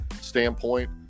standpoint